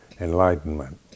enlightenment